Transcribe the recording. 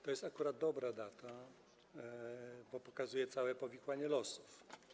To jest akurat dobra data, bo pokazuje całe powikłanie losów.